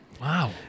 Wow